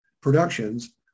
productions